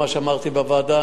מה שאמרתי בוועדה,